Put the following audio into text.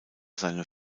seine